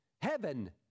heaven